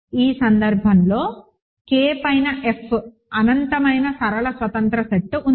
ఈ సందర్భంలో K పైన F అనంతమైన సరళ స్వతంత్ర సెట్ ఉంది